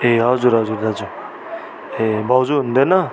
ए हजुर हजुर दाजु ए भाउजू हुनुहुँदैन